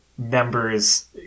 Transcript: Members